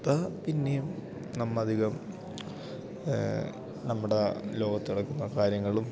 ഇപ്പോൾ പിന്നെയും നമ്മളധികം നമ്മുടെ ലോകത്ത് നടക്കുന്ന കാര്യങ്ങളും